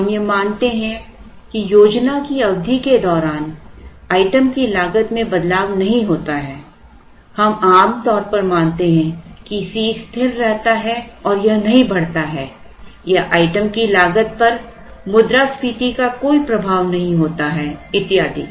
हम यह मानते हैं कि योजना की अवधि के दौरान आइटम की लागत में बदलाव नहीं होता है हम आम तौर पर मानते हैं कि C स्थिर रहता है और यह नहीं बढ़ता है या आइटम की लागत पर मुद्रास्फीति का कोई प्रभाव नहीं होता है इत्यादि